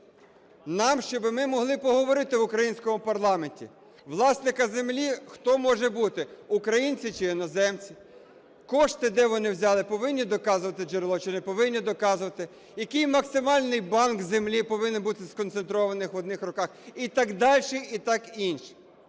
нам, щоби ми могли поговорити в українському парламенті. Власником землі хто може бути – українці чи іноземці; кошти, де вони взяли, повинні доказувати джерело чи не повинні доказувати; який максимальний банк землі повинен бути сконцентрований в одних руках і так дальше, і таке інше.